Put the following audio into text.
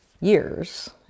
years